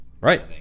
Right